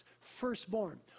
firstborn